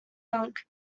funk